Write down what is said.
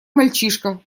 мальчишка